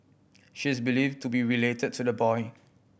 she is believed to be related to the boy